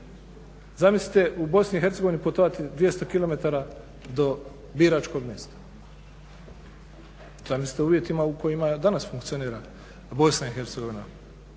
Zamislite u BiH putovati 200km do biračkog mjesta, zamislite u uvjetima u kojima danas funkcionira BiH?